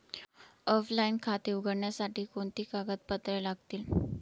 Offline खाते उघडण्यासाठी कोणती कागदपत्रे लागतील?